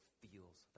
feels